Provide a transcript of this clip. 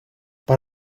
but